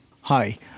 Hi